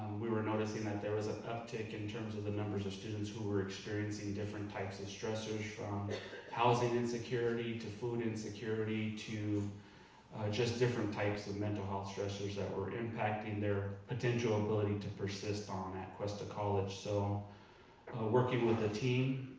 we were noticing that there was an uptick in terms of the numbers of students who were experiencing different types of stressors, from housing insecurity, to food insecurity, to just different types of mental health stressors that were impacting their potential ability to persist on at cuesta college. so working with the team,